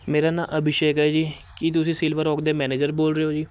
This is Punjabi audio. ਮੇਰਾ ਨਾ ਅਭਿਸ਼ੇਕ ਹੈ ਜੀ ਕੀ ਤੁਸੀਂ ਸਿਲਵਰ ਔਕ ਦੇ ਮੈਨੇਜਰ ਬੋਲ ਰਹੇ ਹੋ ਜੀ